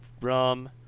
rum